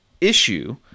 issue